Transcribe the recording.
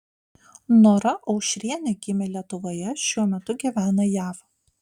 nora aušrienė gimė lietuvoje šiuo metu gyvena jav